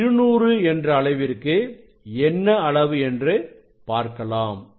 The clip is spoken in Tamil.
இப்பொழுது 200 என்ற அளவிற்கு என்ன அளவு என்று பார்க்கலாம்